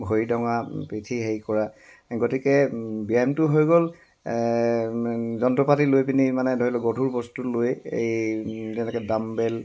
ভৰি দঙা পিঠি হেৰি কৰা গতিকে ব্যায়ামটো হৈ গ'ল যন্ত্ৰ পাতি লৈ পিনি মানে ধৰি লওক গধূৰ বস্তু লৈ এই যেনেকৈ ডামবেল